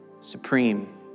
Supreme